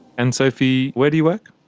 and sophie where do you work?